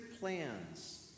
plans